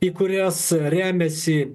į kurias remiasi